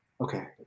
Okay